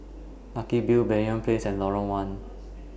Lucky View Banyan Place and Lorong one